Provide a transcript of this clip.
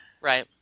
right